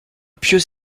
pieux